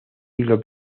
siglo